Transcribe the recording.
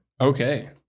okay